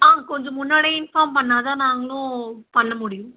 ஆ கொஞ்சம் முன்னாடியே இன்ஃபார்ம் பண்ணால்தான் நாங்களும் பண்ணமுடியும்